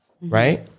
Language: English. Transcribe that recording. right